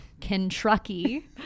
Kentucky